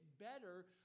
better